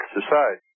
society